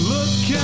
Look